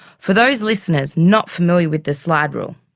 for those listeners not familiar with the slide rule,